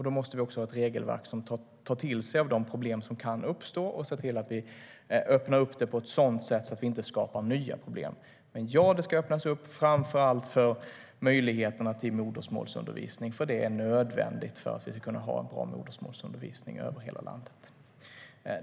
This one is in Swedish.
Då måste vi också ha ett regelverk som innebär att vi tar till oss av de problem som kan uppstå och att vi ser till att vi öppnar för det på ett sådant sätt att vi inte skapar nya problem. Men det ska öppnas framför allt för möjligheterna till modersmålsundervisning, eftersom det är nödvändigt för att vi ska kunna ha en bra modersmålsundervisning över hela landet.